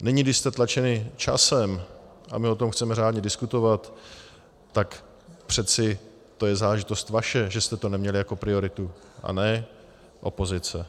Nyní, když jste tlačeni časem a my o tom chceme řádně diskutovat, tak přeci to je záležitost vaše, že jste to neměli jako prioritu, a ne opozice.